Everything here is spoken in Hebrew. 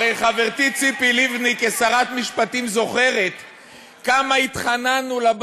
הרי חברתי ציפי לבני זוכרת כמה התחננו כשהייתה